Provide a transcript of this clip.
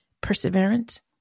perseverance